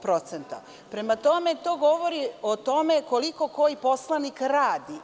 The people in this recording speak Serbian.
Prema tome, to govori o tome koliko koji poslanik radi.